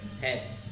heads